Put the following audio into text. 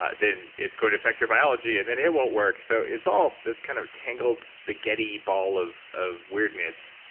ah then it's going to affect your biology and then it won't work. so it's all just kind of tangled spaghetti ball of of weirdness.